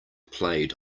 played